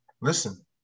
Listen